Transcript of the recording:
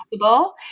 possible